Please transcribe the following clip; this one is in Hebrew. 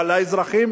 אבל האזרחים